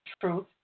truth